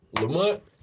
Lamont